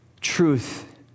truth